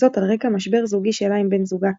זאת על רקע משבר זוגי שלה עם בן זוגה,